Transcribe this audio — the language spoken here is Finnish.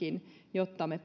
jotta me